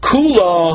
Kula